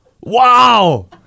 Wow